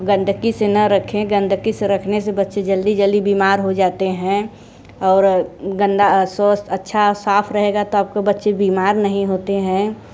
गंदगी से ना रखें गंदगी से रखने से बच्चे जल्दी जल्दी बीमार हो जाते हैं और गंदा स्वास्थ्य अच्छा साफ रहेगा तो आपके बच्चे बीमार नहीं होते हैं